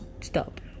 Stop